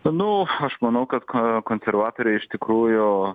nu aš manau kad konservatoriai iš tikrųjų